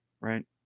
right